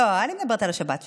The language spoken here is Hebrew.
לא, אני מדברת על השבת שהייתה,